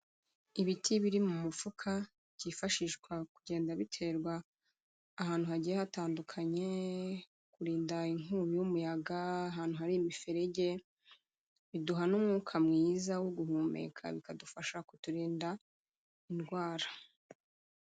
Ibiti biri mu mufuka byifashishwa kugenda biterwa ahantu hagiye hatandukanye, kurinda inkubi y'umuyaga, ahantu hari imiferege, biduha n'umwuka mwiza wo guhumeka bikadufasha kuturinda indwara.